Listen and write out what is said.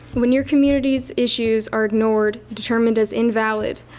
when your community's issues are ignored, determined as invalid,